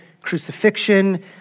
crucifixion